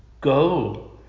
Go